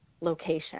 location